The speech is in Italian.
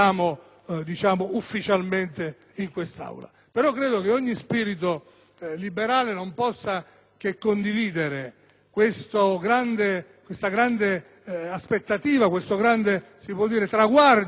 iniziamo ufficialmente in quest'Aula. Credo anche che ogni spirito liberale non possa che condividere questa grande aspettativa, questo grande traguardo